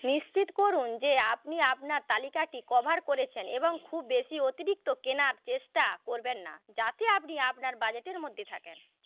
নিশ্চিত করুন যে আপনি আপনার তালিকাটি কভার করেছেন এবং খুব বেশি অতিরিক্ত কেনার চেষ্টা করবেন না যাতে আপনি আপনার বাজেটের মধ্যে থাকেন